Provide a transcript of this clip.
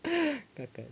merepek